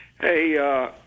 Hey